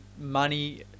money